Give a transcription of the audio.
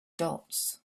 dots